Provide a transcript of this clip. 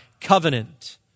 covenant